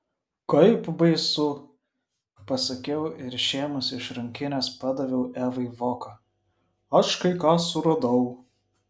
kaip baisu pasakiau ir išėmusi iš rankinės padaviau evai voką aš kai ką suradau